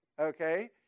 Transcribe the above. Okay